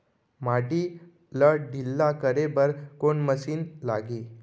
माटी ला ढिल्ला करे बर कोन मशीन लागही?